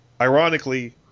ironically